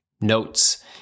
notes